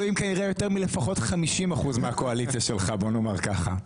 מלפחות 50 אחוזים מהקואליציה שלך, בוא נאמר כך.